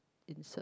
insert